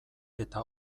eta